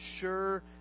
sure